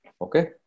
Okay